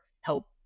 help